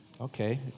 Okay